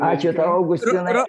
ačiū tau augustinai